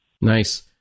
Nice